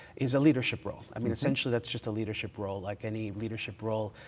is a leadership role. i mean essentially, that's just a leadership role, like any leadership role,